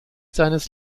seines